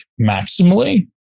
maximally